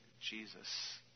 Jesus